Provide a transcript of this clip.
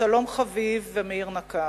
אבשלום חביב ומאיר נקר,